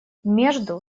между